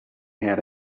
had